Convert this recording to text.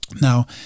Now